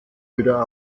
wieder